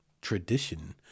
tradition